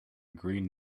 green